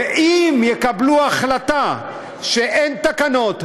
ואם יקבלו החלטה שאין תקנות,